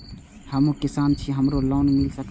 हमू किसान छी हमरो के लोन मिल सके छे?